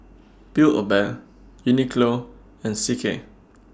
Build A Bear Uniqlo and C K